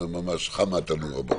ממש חם מהתנור הבוקר.